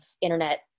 internet